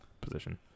position